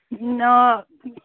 آ